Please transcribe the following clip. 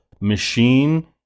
machine